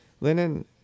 Linen